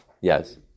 Yes